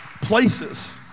places